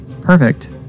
Perfect